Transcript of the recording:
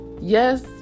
yes